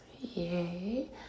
yay